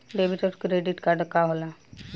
Debit और credit card का होला?